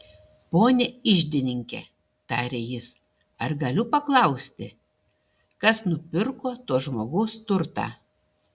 pone iždininke tarė jis ar galiu paklausti kas nupirko to žmogaus turtą